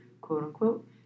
quote-unquote